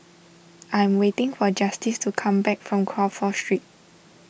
I'm waiting for Justice to come back from Crawford Street